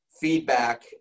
feedback